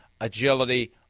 agility